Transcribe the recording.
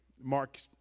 Mark